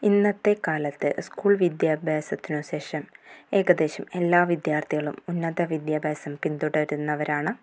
ഇന്നത്തെ കാലത്ത് സ്കൂൾ വിദ്യാഭ്യാസത്തിനുശേഷം ഏകദേശം എല്ലാ വിദ്യാർത്ഥികളും ഉന്നത വിദ്യാഭ്യാസം പിന്തുടരുന്നവരാണ്